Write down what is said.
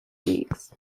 weeks